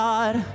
God